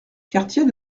quartier